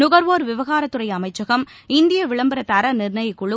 நுகர்வோர் விவகாரத்துறை அமைச்சகம் இந்திய விளம்பர தர நிர்ணயக்குழு